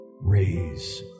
Raise